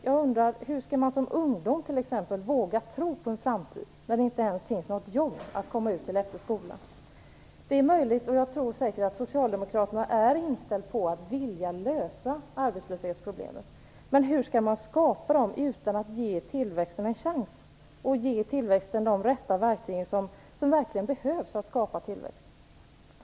Jag undrar hur skall man som ung våga tro på en framtid när det inte ens finns något jobb att komma ut till efter skolan? Jag tror att socialdemokraterna är inställda på att vilja lösa arbetslöshetsproblemen. Men hur skall man få nya jobb utan att ge tillväxten en chans? Man måste ge tillväxten de rätta verktygen, som verkligen behövs för att skapa tillväxt.